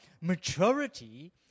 maturity